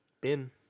bin